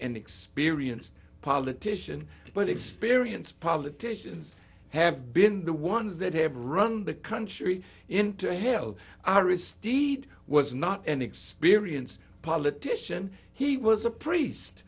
an experienced politician but experience politicians have been the ones that have run the country in into hell aristide was not an experienced politician he was a priest